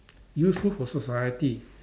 useful for society